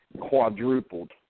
quadrupled